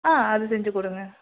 ஆ அது செஞ்சுக் கொடுங்க